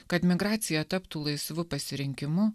kad migracija taptų laisvu pasirinkimu